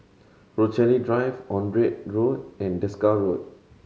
Rochalie Drive Onraet Road and Desker Road